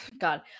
God